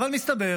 אבל מסתבר